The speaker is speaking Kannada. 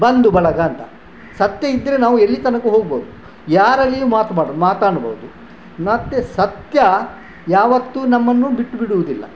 ಬಂಧುಬಳಗ ಅಂತ ಸತ್ಯ ಇದ್ದರೆ ನಾವು ಎಲ್ಲಿ ತನಕ ಹೋಗ್ಬೋದು ಯಾರಲ್ಲಿಯೂ ಮಾತಾಡ ಮಾತಾಡಬಹುದು ಮತ್ತೆ ಸತ್ಯ ಯಾವತ್ತೂ ನಮ್ಮನ್ನು ಬಿಟ್ಬಿಡುವುದಿಲ್ಲ